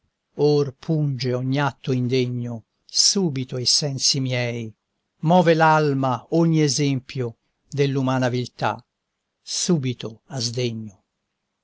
or punge ogni atto indegno subito i sensi miei move l'alma ogni esempio dell'umana viltà subito a sdegno